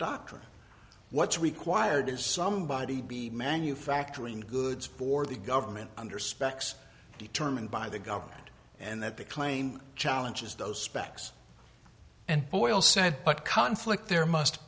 doctrine what's required is somebody be manufacturing goods for the government under specs determined by the government and that the claim challenges those specs and boyle said but conflict there must